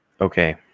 Okay